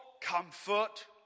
comfort